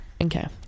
Okay